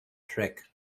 trek